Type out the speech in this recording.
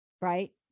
Right